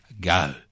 go